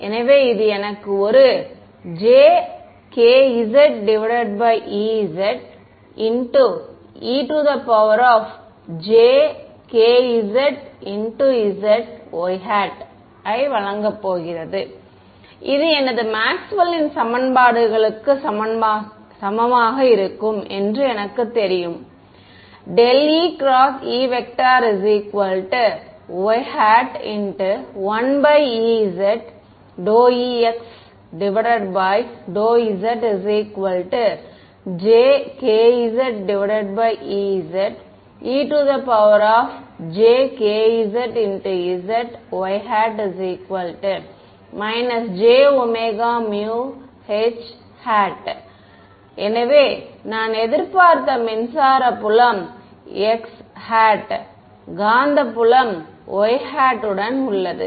எனவே இது எனக்கு ஒரு jkzezejk zzy ஐ வழங்கப் போகிறது இது எனது மேக்ஸ்வெல்லின் சமன்பாடுகளுக்கு சமமாக இருக்கும் என்று எனக்குத் தெரியும் ∇e× E ≡ y ∂Ex∂zjkzezejk zzy jωμH மாணவர் எனவே நான் எதிர்பார்த்த மின்சார புலம் x காந்தப்புலம் y உடன் உள்ளது